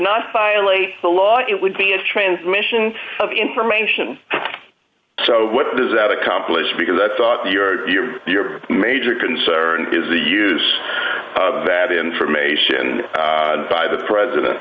violate the law it would be a transmission of information so what does that accomplish because i thought that your your your major concern is the use of that information by the president